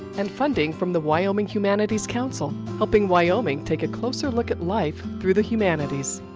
and funding from the wyoming humanities council helping wyoming take a closer look at life through the humanities.